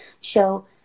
show